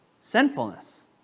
sinfulness